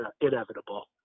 inevitable